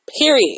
Period